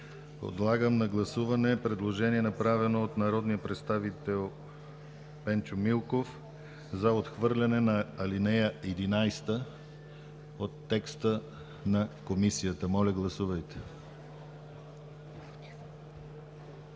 Подлагам на гласуване предложението, направено от народния представител Пенчо Милков, за отхвърляне на ал. 11 от текста на Комисията. Гласували